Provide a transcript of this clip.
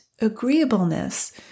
agreeableness